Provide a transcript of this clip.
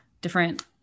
different